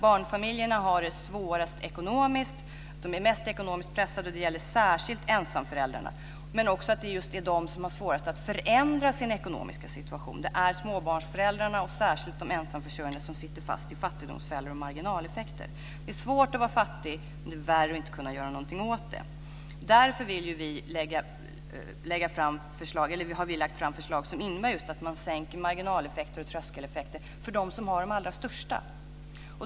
Barnfamiljerna har det svårast ekonomiskt, och de är mest ekonomiskt pressade - särskilt ensamföräldrarna. Det är de som har svårast att förändra sin ekonomiska situation. Det är småbarnsföräldrarna och särskilt de ensamförsörjande som sitter fast i fattigdomsfällor och marginaleffekter. Det är svårt att vara fattig, men det är värre att inte kunna göra någonting åt det. Därför har vi lagt fram förslag som innebär att sänka marginal och tröskeleffekter för dem som har de största.